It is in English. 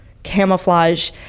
camouflage